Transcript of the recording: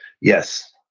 Yes